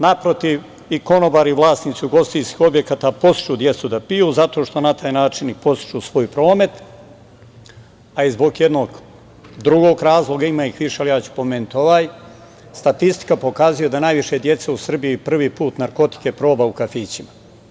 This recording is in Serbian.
Naprotiv, i konobari i vlasnici ugostiteljskih objekata podstiču decu da piju, zato što na taj način podstiču svoj promet a i zbog jednog drugog razloga, ima ih više ali ja ću pomenuti ovaj, statistika pokazuje da najviše dece u Srbiji prvi put narkotike proba u kafićima.